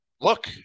look